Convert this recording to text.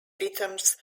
rhythms